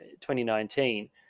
2019